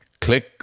Click